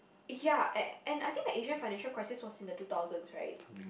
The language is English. ya and and I think the Asian financial crisis was in the two thousands right